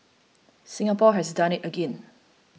Singapore has done it again